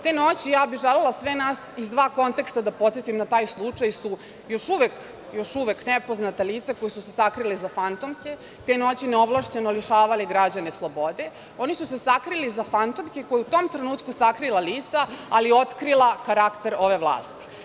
Te noći, ja bih želela sve nas iz dva konteksta da podsetim na taj slučaj, su još uvek nepoznata lica koja su se sakrila iza fantomke, te noći neovlašćeno lišavali građane slobode, oni su se sakrili iza fantomke koja je u tom trenutku sakrila lica, ali je otkrila karakter ove vlasti.